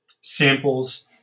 samples